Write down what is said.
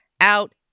out